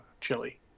chili